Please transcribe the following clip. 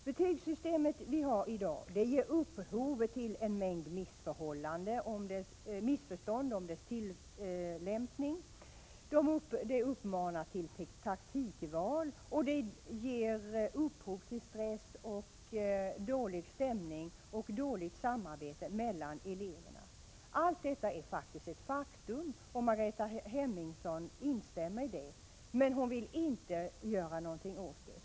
Det betygssystem vi har i dag ger upphov till en mängd missförstånd om dess tillämpning. Det uppmanar till taktikval, och det ger upphov till stress, dålig stämning samt dåligt samarbete mellan eleverna. Allt detta är ett faktum. Margareta Hemmingsson medger detta, men hon vill inte göra något åt det.